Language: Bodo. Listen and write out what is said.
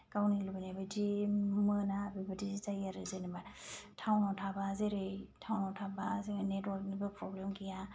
गावनि लुबैनाय बायदि मोना बेबादि जायो आरो जेनबा थाउनाव थाबा जेरै थाउनाव थाबा जोङो नेतवर्कफोरनिबो प्रब्लेम गैया